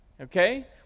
Okay